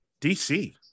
DC